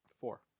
Four